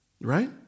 Right